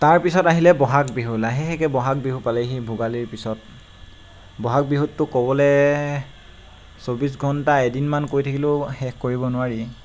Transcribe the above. তাৰপিছত আহিলে ব'হাগ বিহু লাহেকৈ ব'হাগ বিহু পালেহি ভোগালীৰ পিছত বহাগ বিহুতটো ক'বলৈ চৌব্বিছ ঘণ্টা এদিন মান কৈ থাকিলেও শেষ কৰিব নোৱাৰি